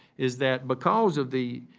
is that because of the